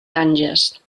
ganges